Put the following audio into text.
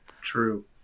True